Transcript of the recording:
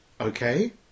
Okay